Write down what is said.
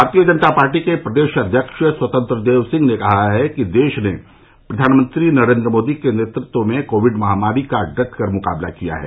भारतीय जनता पार्टी के प्रदेश अध्यक्ष स्वतंत्र देव सिंह ने कहा कि देश ने प्रधानमंत्री नरेन्द्र मोदी के नेतृत्व में कोविड महामारी का डटकर मुकाबला किया है